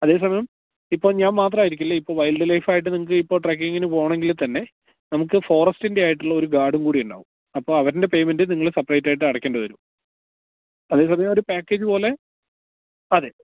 അതേസമയം ഇപ്പോള് ഞാൻ മാത്രമായിരിക്കില്ല ഇപ്പം വൈൽഡ് ലൈഫായിട്ട് നിങ്ങള്ക്കിപ്പോള് ട്രെക്കിങ്ങിന് പോകണമെങ്കില്ത്തന്നെ നമുക്ക് ഫോറെസ്റ്റിൻറ്റേത് ആയിട്ടുള്ള ഒരു ഗാഡും കൂടിയുണ്ടാകും അപ്പോള് അവരുടെ പേമെൻറ്റ് നിങ്ങള് സപ്പറേറ്റായിട്ട് അടയ്ക്കേണ്ടി വരും അതേസമയം ഒരു പാക്കേജ് പോലെ അതെ